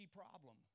problem